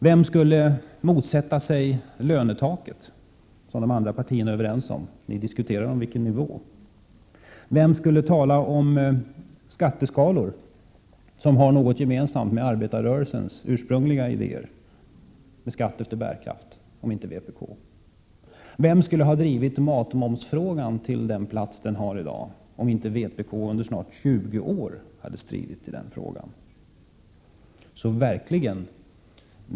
Vem skulle motsätta sig lönetaket, som de andra partierna är överens om? Det enda ni diskuterar är vilken nivå det skall ha. Vem skulle tala om skatteskalor som har något gemensamt med arbetarrörelsens ursprungliga idéer om skatt efter bärkraft, om inte vpk? Vem skulle drivit frågan om matmomsen till den plats den har i dag, om inte vpk under snart 20 år hade stridit i den frågan?